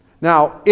Now